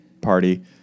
party